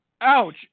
Ouch